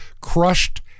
crushed